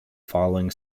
following